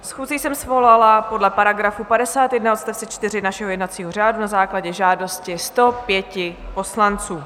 Schůzi jsem svolala podle § 51 odst. 4 našeho jednacího řádu na základě žádosti 105 poslanců.